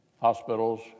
Hospitals